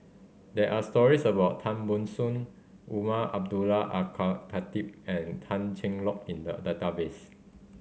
there are stories about Tan Ban Soon Umar Abdullah Al Khatib and Tan Cheng Lock in the database